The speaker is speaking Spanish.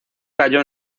cayó